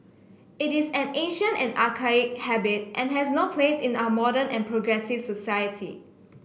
it is an ancient and archaic habit and has no place in our modern and progressive society